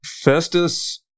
Festus